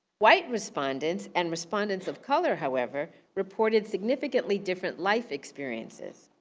white respondents and respondents of color, however, reported significantly different life experiences.